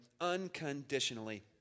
unconditionally